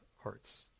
hearts